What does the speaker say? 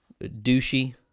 douchey